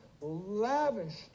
lavished